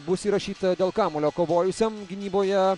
bus įrašyta dėl kamuolio kovojusiam gynyboje